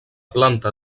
planta